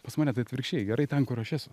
pas mane tai atvirkščiai gerai ten kur aš esu